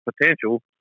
potential